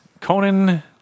Conan